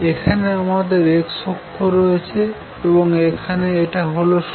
এখানে আমাদের x অক্ষ রয়েছে এবং এখানে এটা হল 0